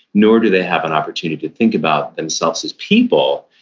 nor do they have an opportunity to think about themselves as people,